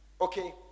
Okay